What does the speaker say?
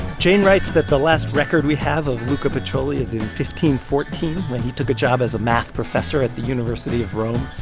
jane writes that the last record we have of luca pacioli is in fourteen when he took a job as a math professor at the university of rome.